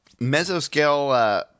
mesoscale